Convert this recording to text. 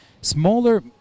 smaller